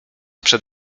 przed